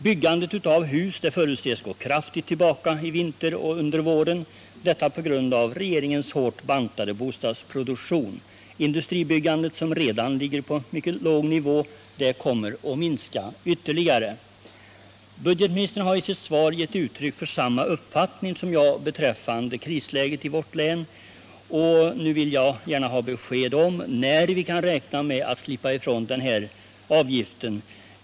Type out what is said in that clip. Byggandet av hus förutses gå kraftigt tillbaka i vinter och under våren — detta på grund av regeringens hårt bantade bostadsproduktion. Industribyggandet, som redan ligger på mycket låg nivå, kommer att minska ytterligare. Budgetministern har i sitt svar gett uttryck för samma uppfattning som jag har beträffande krisläget i vårt län, och nu vill jag gärna ha besked om när vi kan räkna med att slippa investeringsavgiften.